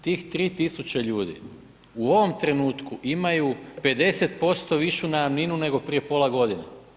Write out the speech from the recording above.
Tih 3.000 ljudi u ovom trenutku imaju 50% višu najamninu nego prije pola godine.